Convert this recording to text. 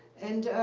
and